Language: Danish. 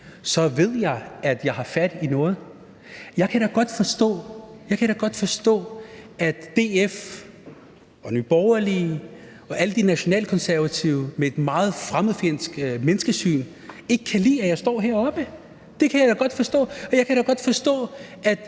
Så ved jeg, at jeg har fat i noget. Jeg kan da godt forstå, at DF og Nye Borgerlige og alle de nationalkonservative med et meget fremmedfjendsk menneskesyn ikke kan lide, at jeg står heroppe. Det kan jeg godt forstå, og jeg kan da godt forstå,